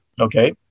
okay